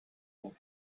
een